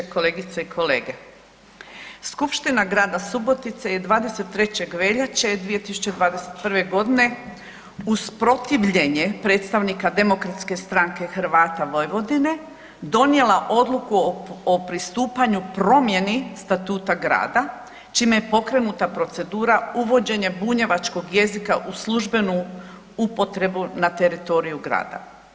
Kolegice i kolege, Skupština grada Subotice je 23. veljače 2021. godine uz protivljenje predstavnike Demokratske stranke Hrvata Vojvodine donijela odluku o pristupanju promjeni statuta grada čime je pokrenuta procedura uvođenja bunjevačkog jezika u službenu upotrebu na teritoriju grada.